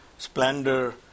splendor